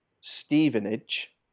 Stevenage